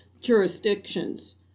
jurisdictions